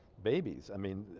babies i mean